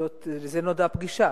לזה נועדה הפגישה,